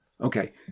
Okay